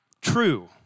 true